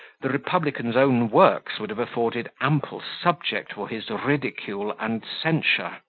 the republican's own works would have afforded ample subject for his ridicule and censure.